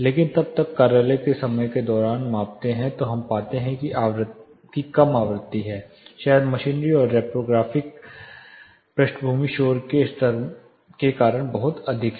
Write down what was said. लेकिन तब जब आप कार्यालय के समय के दौरान मापते हैं तो हम पाते हैं कि कम आवृत्ति है शायद मशीनरी और रिप्रोग्राफक पृष्ठभूमि शोर के स्तर के कारण बहुत अधिक है